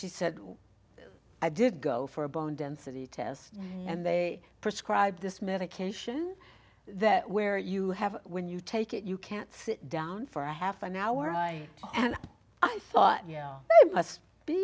she said i did go for a bone density test and they prescribe this medication that where you have when you take it you can't sit down for a half an hour and i and i thought yeah must be